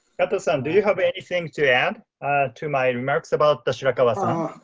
kato-san do you have anything to add to my remarks about shirakawa-san?